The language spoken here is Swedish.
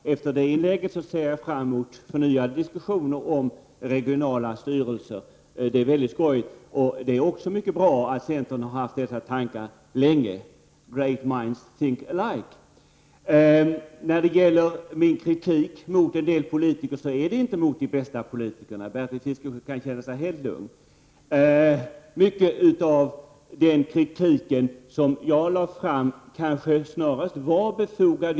Herr talman! Efter det inlägget ser jag fram mot förnyade diskussioner om regionala styrelser. Det är mycket skojigt. Det är också mycket bra att centern har haft dessa tankar länge. Great minds think alike. Min kritik mot en del politiker riktades inte mot de bästa politikerna. Bertil Fiskesjö kan känna sig helt lugn. Mycket av den kritik som jag lade fram kanske snarast var befogad.